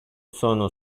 sono